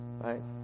right